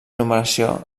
numeració